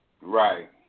Right